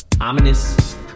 ominous